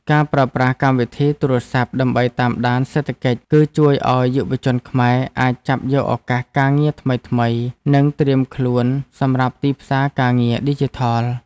ការប្រើប្រាស់កម្មវិធីទូរសព្ទដើម្បីតាមដានសេដ្ឋកិច្ច គឺ ជួយឱ្យយុវវ័យខ្មែរអាចចាប់យកឱកាសការងារថ្មីៗ និង ត្រៀមខ្លួនសម្រាប់ទីផ្សារការងារឌីជីថល។